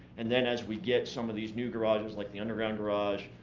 and then as we get some of these new garages, like the underground garage,